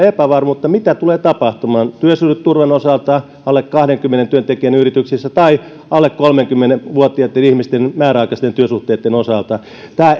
epävarmuutta mitä tulee tapahtumaan työsuhdeturvan osalta alle kahdenkymmenen työntekijän yrityksissä tai alle kolmekymmentä vuotiaitten ihmisten määräaikaisten työsuhteitten osalta tämä